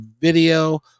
video